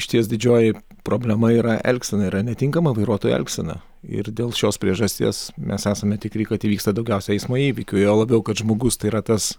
išties didžioji problema yra elgsena yra netinkama vairuotojo elgsena ir dėl šios priežasties mes esame tikri kad įvyksta daugiausiai eismo įvykių juo labiau kad žmogus tai yra tas